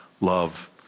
love